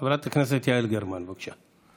חברת הכנסת יעל גרמן, בבקשה.